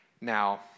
Now